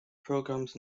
programs